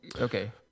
Okay